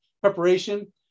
preparation